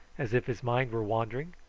as if his mind were wandering.